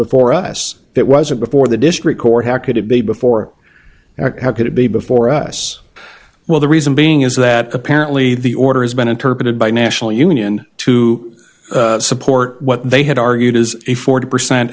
before us that wasn't before the district court how could it be before or how could it be before us well the reason being is that apparently the order has been interpreted by national union to support what they had argued as a forty percent